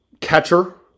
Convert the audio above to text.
catcher